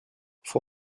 for